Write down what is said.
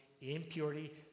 impurity